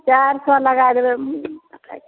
चारि सए लगाइ देबै